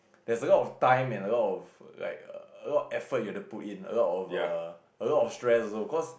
there's a lot of time and a lot of like a lot of effort you have to put in a lot of err a lot of stress also cause